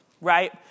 right